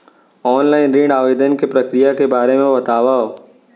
Online ऋण आवेदन के प्रक्रिया के बारे म बतावव?